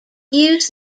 use